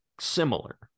similar